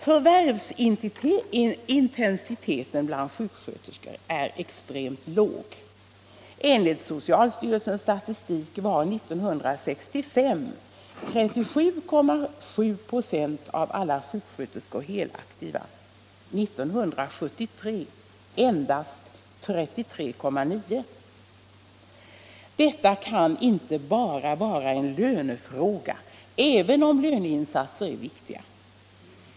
Förvärvsintensiteten bland sjuksköterskorna är extremt låg. Enligt socialstyrelsens statistik var 1965 37,7 ". av alla sjuksköterskor helaktiva, 1973 endast 33,9 ".. Det kan inte bara vara en lönefråga, även om löneinsatser är viktiga.